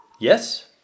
Yes